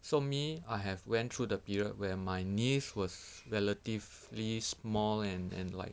so me I have went through the period where my niece was relatively small and and like